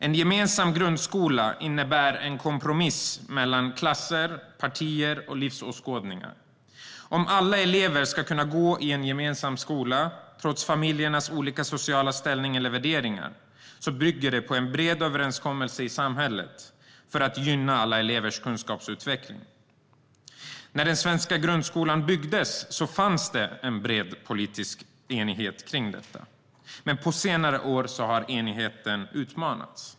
En gemensam grundskola innebär en kompromiss mellan samhällsklasser, partier och livsåskådningar. Att alla elever ska kunna gå i en gemensam skola trots familjernas olika sociala ställning och sociala värderingar bygger på en bred överenskommelse i samhället om att gynna alla elevers kunskapsutveckling. När den svenska grundskolan byggdes fanns det bred politisk enighet om detta, men på senare år har enigheten utmanats.